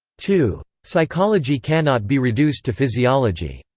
two. psychology cannot be reduced to physiology.